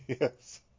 Yes